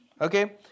okay